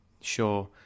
Sure